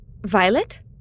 Violet